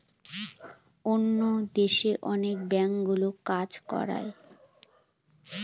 অন্য দেশে অনেক ব্যাঙ্কগুলো কাজ করায়